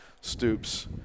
Stoops